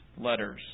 letters